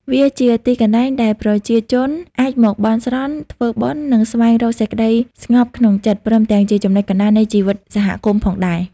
វាជាទីកន្លែងដែលប្រជាជនអាចមកបន់ស្រន់ ធ្វើបុណ្យ និងស្វែងរកសេចក្តីស្ងប់ក្នុងចិត្ត ព្រមទាំងជាចំណុចកណ្ដាលនៃជីវិតសហគមន៍ផងដែរ។